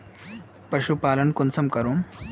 पशुपालन कुंसम करूम?